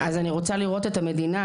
אז אני רוצה לראות את המדינה,